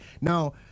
Now